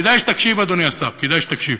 כדאי שתקשיב, אדוני השר, כדאי שתקשיב,